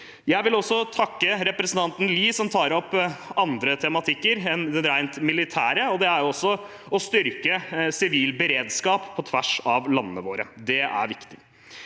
Jeg vil også takke representanten Lie, som tar opp andre tematikker enn de rent militære. Det er også å styrke sivil beredskap på tvers av landene våre. Det er viktig.